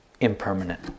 impermanent